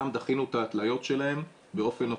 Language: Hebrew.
גם דחינו את ההתליות שלהם באופן אוטומטי,